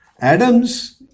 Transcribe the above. Adams